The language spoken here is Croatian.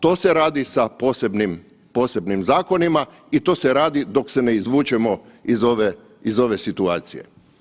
To se radi sa posebnim zakonima i to se radi dok se ne izvučemo iz ove situacije.